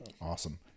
Awesome